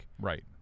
right